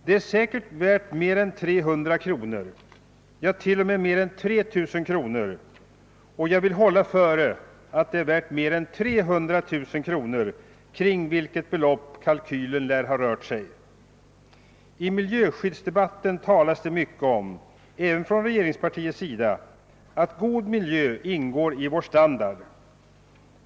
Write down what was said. Det är säkert värt mer än 300 kronor, t.o.m. mer än 3 000 kronor, och jag vill hålla före att det är värt mer än 300000 kronor, kring vilket belopp kalkylen lär ha rört sig. I miljöskyddsdebatten talas det mycket, även på regeringspartiets sida, om att god miljö ingår i vår standard.